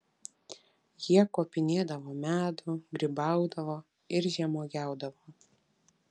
jie kopinėdavo medų grybaudavo ir žemuogiaudavo